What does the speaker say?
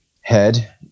head